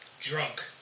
Drunk